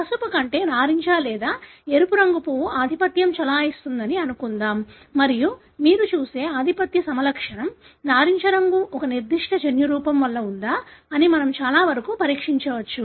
పసుపు కంటే నారింజ లేదా ఎరుపు రంగు పువ్వు ఆధిపత్యం చెలాయిస్తుందని అనుకుందాం మరియు మీరు చూసే ఆధిపత్య సమలక్షణం నారింజ రంగు ఒక నిర్దిష్ట జన్యురూపం వల్ల ఉందా అని మనం చాలా వరకు పరీక్షించవచ్చు